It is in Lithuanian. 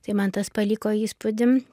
tai man tas paliko įspūdį